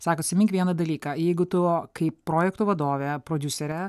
sako atsimink vieną dalyką jeigu tu kaip projektų vadovė prodiuserė